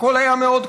הכול היה מאוד קשה.